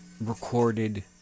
recorded